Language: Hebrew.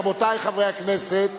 רבותי חברי הכנסת,